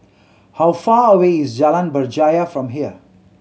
how far away is Jalan Berjaya from here